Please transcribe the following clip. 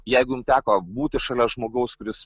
jeigu jum teko būti šalia žmogaus kuris